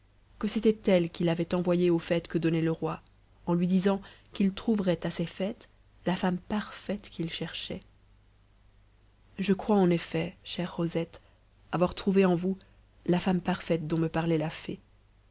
que c'était elle qui l'avait envoyé aux fêtes que donnait le roi en lui disant qu'il trouverait à ces fêtes la femme parfaite qu'il cherchait je crois en effet chère rosette avoir trouvé en vous la femme parfaite dont me parlait la fée